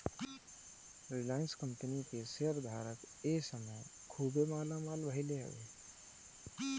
Reliance company के शेयर धारक ए समय खुबे मालामाल भईले हवे